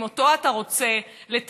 אם אותו אתה רוצה לתקן,